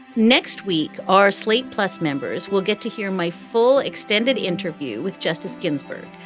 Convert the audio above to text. next week are slate plus, members will get to hear my full extended interview with justice ginsburg.